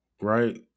right